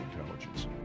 intelligence